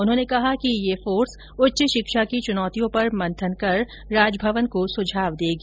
उन्होंने कहा कि यह टास्क फोर्स उच्च शिक्षा की चुनौतियों पर मंथन कर राजभवन को सुझाव देगी